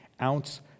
ounce